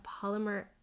polymer